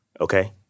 Okay